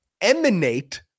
emanate